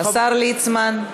השר ליצמן,